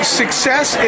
success